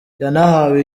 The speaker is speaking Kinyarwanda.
yanahawe